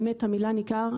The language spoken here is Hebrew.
באמת המילה ניכר,